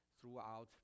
throughout